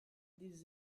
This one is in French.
des